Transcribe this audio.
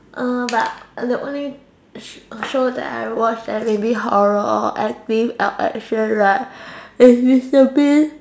uh but the only sh~ show that I watch like maybe horror or acting ac~action right is Mister Bean